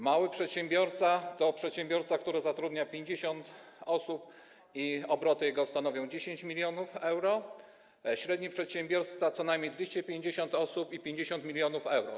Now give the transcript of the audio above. Mały przedsiębiorca to przedsiębiorca, który zatrudnia 50 osób i jego obroty stanowią 10 mln euro, średni przedsiębiorca - co najmniej 250 osób i 50 mln euro.